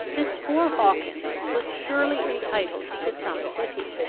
this poor hawkins was surely entitled to some pity,